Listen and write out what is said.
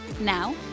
Now